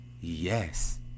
Yes